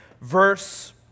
verse